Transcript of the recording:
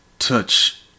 touch